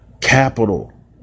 capital